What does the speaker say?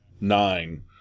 nine